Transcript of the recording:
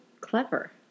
clever